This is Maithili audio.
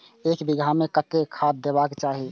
एक बिघा में कतेक खाघ देबाक चाही?